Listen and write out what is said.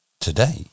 Today